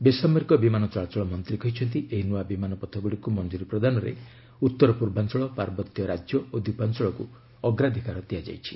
ବେସାମରିକ ବିମାନ ଚଳାଚଳ ମନ୍ତ୍ରୀ କହିଛନ୍ତି ଏହି ନୂଆ ବିମାନ ପଥଗୁଡ଼ିକୁ ମଞ୍ଜୁରି ପ୍ରଦାନରେ ଉତ୍ତର ପୂର୍ବାଞ୍ଚଳ ପାର୍ବତ୍ୟ ରାଜ୍ୟ ଓ ଦ୍ୱୀପାଞ୍ଚଳକୁ ଅଗ୍ରାଧିକାର ଦିଆଯାଇଛି